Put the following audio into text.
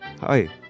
Hi